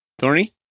Thorny